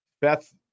beth